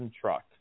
truck